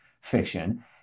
fiction